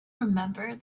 remember